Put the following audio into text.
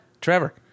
Trevor